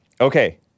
Okay